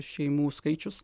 šeimų skaičius